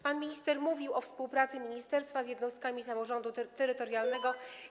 Pan minister mówił o współpracy ministerstwa z jednostkami samorządu terytorialnego.